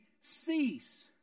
cease